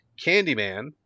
Candyman